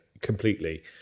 completely